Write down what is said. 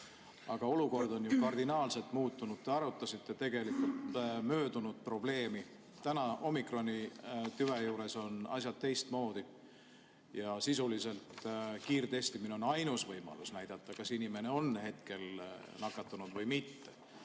Aga olukord on ju kardinaalselt muutunud. Te arutasite tegelikult möödunud probleemi. Täna, omikrontüve puhul on asjad teistmoodi ja kiirtestimine on sisuliselt ainus võimalus näidata, kas inimene on hetkel nakatunud või mitte.